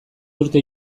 urte